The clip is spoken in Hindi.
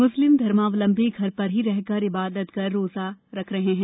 म्स्लिम धर्मावलंबी घर र ही रहकर इबादत कर रोजा रख रहे हैं